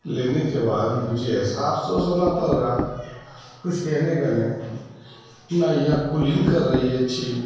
لینے کے بعد مجھے ایسا افسوس ہونا پڑ رہا کچھ کہنے کا نہیں نہ یہ کولنگ کر رہی ہے اچھی